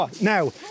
Now